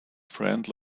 friend